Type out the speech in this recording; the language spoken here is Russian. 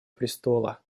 престола